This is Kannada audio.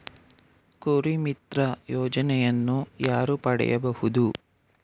ಕುರಿಮಿತ್ರ ಯೋಜನೆಯನ್ನು ಯಾರು ಪಡೆಯಬಹುದು?